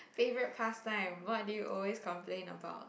favourite past time what do you always complain about